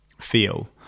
feel